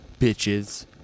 Bitches